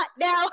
now